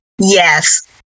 yes